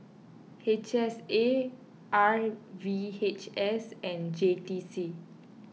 H S A R V H S and J T C